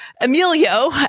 Emilio